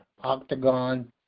octagon